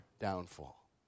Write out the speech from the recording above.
downfall